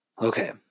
Okay